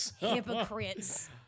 Hypocrites